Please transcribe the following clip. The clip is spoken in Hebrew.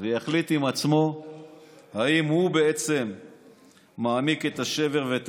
ויחליט עם עצמו אם הוא בעצם מעמיק את השבר ואת